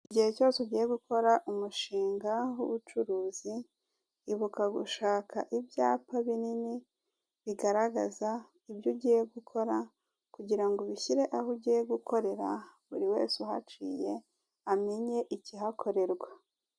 Igihe cyose ugiye gukora umushinga w'ubucuruzi , ibuka gushaka ibyapa binini bigaragaza ibyo ugiye gukora; kugira ngo ubushyire aho ugiye gukorera buri wese uhaciye, amenye ikihakorerwa.